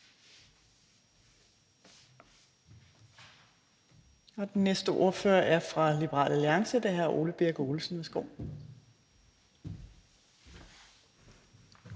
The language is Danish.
Den næste ordfører er fra Liberal Alliance, og det er hr. Ole Birk Olesen. Værsgo.